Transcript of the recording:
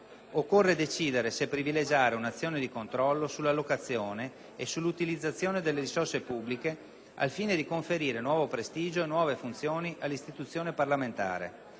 occorre decidere se privilegiare un'azione di controllo sull'allocazione e sull'utilizzazione delle risorse pubbliche al fine di conferire nuovo prestigio e nuove funzioni all'istituzione parlamentare.